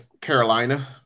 Carolina